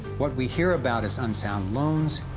what we hear about is unsound loans,